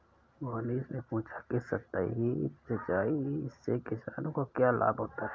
मोहनीश ने पूछा कि सतही सिंचाई से किसानों को क्या लाभ होता है?